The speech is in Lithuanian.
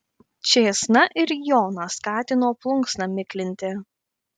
čėsna ir joną skatino plunksną miklinti